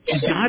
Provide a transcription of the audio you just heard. God